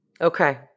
Okay